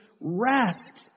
rest